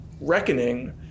reckoning